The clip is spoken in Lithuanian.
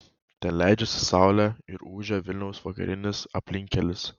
ten leidžiasi saulė ir ūžia vilniaus vakarinis aplinkkelis